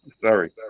sorry